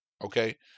Okay